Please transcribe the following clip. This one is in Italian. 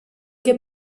che